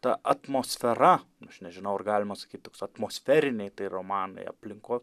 ta atmosfera aš nežinau ar galima sakyt toks atmosferiniai tai romanai aplinkos